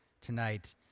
tonight